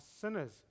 sinners